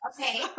Okay